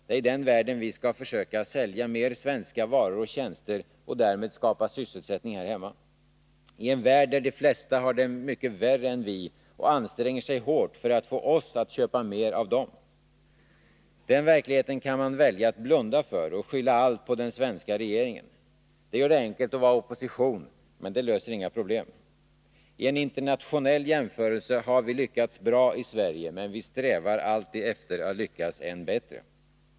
Det är i den världen vi skall försöka sälja mer svenska varor och tjänster och därmed skapa sysselsättning i Sverige, en värld där de flesta har det mycket värre än vi och anstränger sig hårt att få oss att köpa mer av dem. Den verkligheten kan man välja att blunda för och skylla allt på den svenska regeringen. Det gör det enkelt att vara i opposition, men det löser inga problem. I en internationell jämförelse har vi lyckats bra i Sverige, men vi strävar alltid efter att lyckas än bättre.